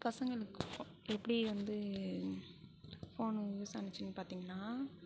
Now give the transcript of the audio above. பசங்களுக்கு எப்படி வந்து ஃபோன் யூஸ் ஆனுச்சுன்னு பார்த்திங்கன்னா